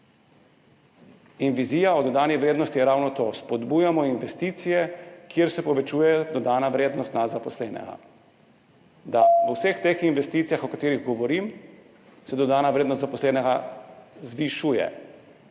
In vizija o dodani vrednosti je ravno to – spodbujamo investicije, kjer se povečuje dodana vrednost na zaposlenega. V vseh teh investicijah, o katerih govorim, se dodana vrednost na zaposlenega zvišuje.